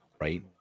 right